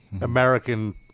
American